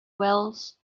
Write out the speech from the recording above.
wells